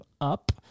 up